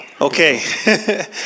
Okay